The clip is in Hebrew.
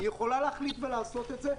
היא יכולה להחליט ולעשות את זה,